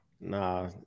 Nah